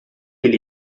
ele